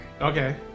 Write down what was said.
Okay